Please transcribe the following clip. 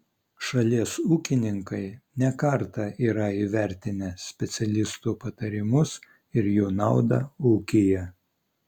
šalies ūkininkai ne kartą yra įvertinę specialistų patarimus ir jų naudą ūkyje